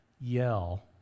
yell